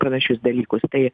panašius dalykus tai